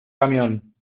camión